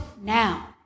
now